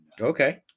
Okay